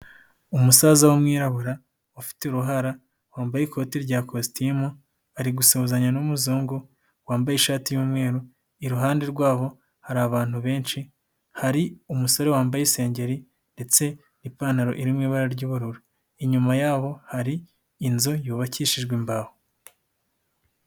Umusaza w'umwirabura ufite uruhara wambaye ikoti rya kositimu ari gusuhuzanya n'umuzungu wambaye ishati y'umweru. Iruhande rwabo hari abantu benshi, hari umusore wambaye isengeri ndetse n'ipantaro iri mu ibara ry'ubururu. Inyuma yabo hari inzu yubakishijwe imbaho.